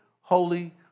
holy